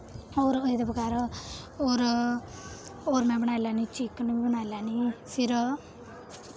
होर एह्दे बगैर होर होर में बनाई लैन्नीं चिकन बनाई लैन्नीं फिर